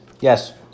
yes